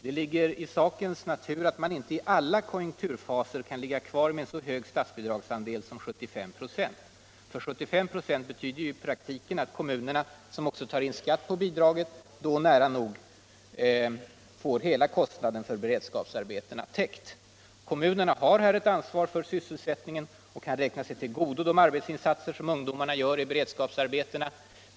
Det ligger i sakens natur att man inte i alla konjunkturfaser kan ligga kvar med en så hög statsbidragsandel som 75 96, eftersom 75 96 i praktiken betyder att kommunerna, som också tar in skatt på bidraget, då nära nog får hela kostnaden för beredskapsarbetena täckt. Kommunerna har här ett ansvar för sysselsättningen och kan räkna sig till godo de arbetsinsatser som ungdomarna gör i beredskapsarbetena.